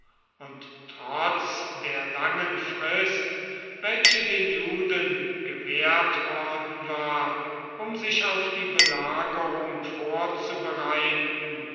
und trotz der langen frist welche den juden gewährt worden war um sich auf die belagerung vorzubereiten